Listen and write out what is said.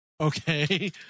Okay